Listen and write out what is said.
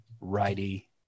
righty